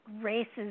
races